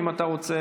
אם אתה רוצה,